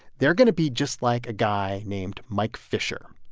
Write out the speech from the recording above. they're going to be just like a guy named mike fisher,